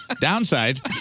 Downside